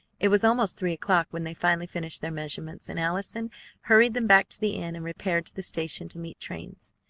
it was almost three o'clock when they finally finished their measurements, and allison hurried them back to the inn, and repaired to the station to meet trains.